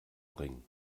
bringen